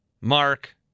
Mark